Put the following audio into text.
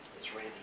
Israeli